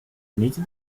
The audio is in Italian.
uniti